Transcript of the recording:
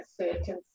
certain